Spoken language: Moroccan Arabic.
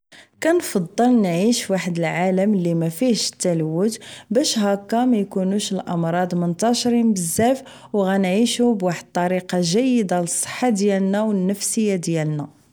كنفضل نعيش فواحد العالم مافيهش التلوت باش هكا ما يكونوش الامراض منتشرين بزاف و غنعيشو بواحد الطريقة جيدة للصحة ديالنا و النفسية ديالنا